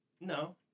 No